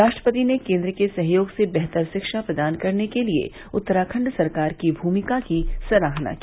राष्ट्रपति ने केन्द्र के सहयोग से बेहतर शिक्षा प्रदान करने के लिए उत्तराखंड सरकार की भूमिका की सराहना की